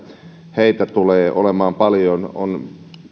heitä tulee olemaan paljon on